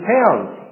Pounds